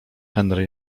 henry